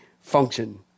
function